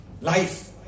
life